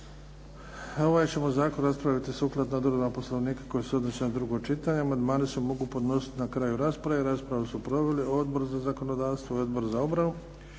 Hvala na